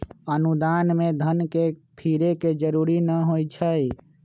अनुदान में धन के फिरे के जरूरी न होइ छइ